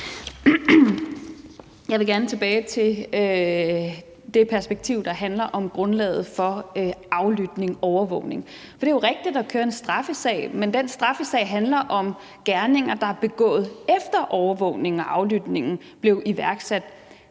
Jeg vil gerne tilbage til det perspektiv, der handler om grundlaget for aflytning og overvågning. For det er jo rigtigt, at der kører en straffesag, men den straffesag handler om gerninger, der er begået, efter overvågningen og aflytningen blev iværksat.